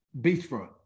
beachfront